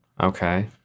okay